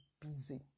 busy